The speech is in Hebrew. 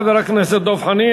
תודה לחבר הכנסת דב חנין.